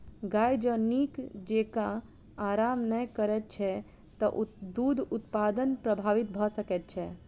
गाय जँ नीक जेँका आराम नै करैत छै त दूध उत्पादन प्रभावित भ सकैत छै